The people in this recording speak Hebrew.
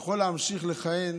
יכול להמשיך לכהן